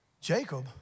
Jacob